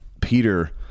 Peter